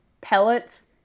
pellets